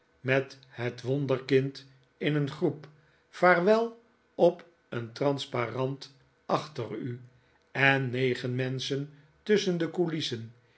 met het wonderkmd in een groep vaarwel op een transparant achter u en negen menschen tusschen de coulissen